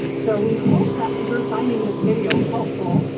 so we hope that you're finding this video helpful.